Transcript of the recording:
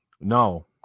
No